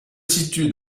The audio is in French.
situe